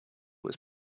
was